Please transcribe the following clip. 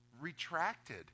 retracted